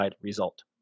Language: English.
result